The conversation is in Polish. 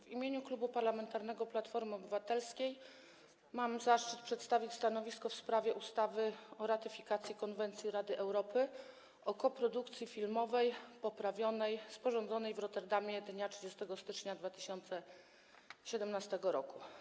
W imieniu Klubu Parlamentarnego Platforma Obywatelska mam zaszczyt przedstawić stanowisko w sprawie ustawy o ratyfikacji Konwencji Rady Europy o koprodukcji filmowej (poprawionej), sporządzonej w Rotterdamie dnia 30 stycznia 2017 r.